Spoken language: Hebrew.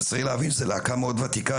שצריך להבין שזו להקה מאוד ותיקה,